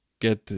get